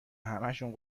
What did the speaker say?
همهشون